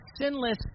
sinless